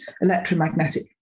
electromagnetic